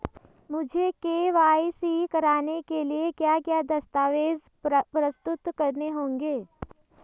मुझे के.वाई.सी कराने के लिए क्या क्या दस्तावेज़ प्रस्तुत करने होंगे?